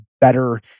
better